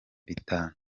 bitanu